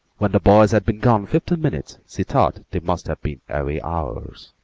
when the boys had been gone fifteen minutes she thought they must have been away hours.